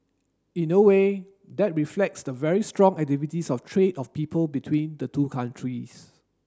in a way that reflects the very strong activities of trade of people between the two countries